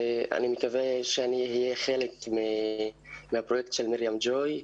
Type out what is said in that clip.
ואני מקווה שאני אהיה חלק מהפרויקט של 'מרים ג'וי'.